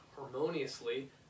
harmoniously